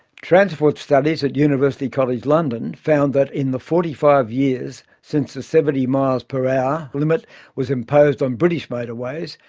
transport studies at university college london found that in the forty five years since the seventy mph limit was imposed on british motorways,